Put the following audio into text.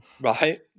right